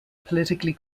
politically